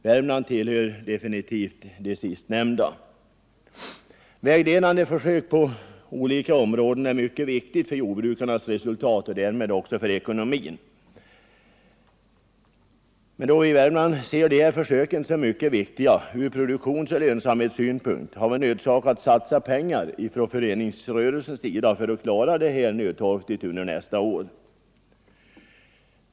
Värmland är definitivt ett heterogent län i dessa avseenden. Vägledande försök på olika områden är viktiga för jordbrukarnas resultat och därmed för ekonomin. Då vi i Värmland ser försöken som mycket viktiga från produktionsoch lönsamhetssynpunkt har vi från föreningsrörelsens sida nödsakats satsa pengar för att nödtorftigt klara försöksverksamheten under nästa år.